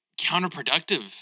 counterproductive